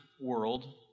world